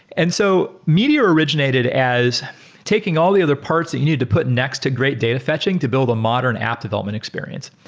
and so meteor originated as taking all the other parts that you needed to put next to great data fetching to build a modern app development experience.